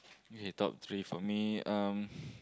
okay top three for me um